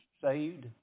saved